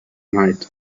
night